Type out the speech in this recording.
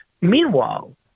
Meanwhile